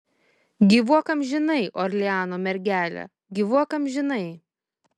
gyvuok amžinai orleano mergele gyvuok amžinai